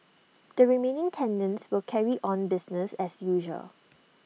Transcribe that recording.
the remaining tenants will carry on business as usual